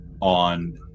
on